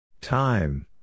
Time